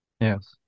Yes